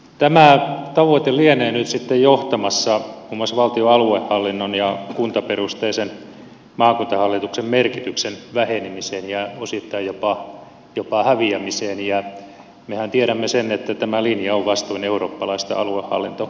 tämä tavoite lienee nyt sitten johtamassa muun muassa valtion aluehallinnon ja kuntaperusteisen maakuntahallituksen merkityksen vähenemiseen osittain jopa häviämiseen ja mehän tiedämme sen että tämä linja on vastoin eurooppalaista aluehallintoajattelua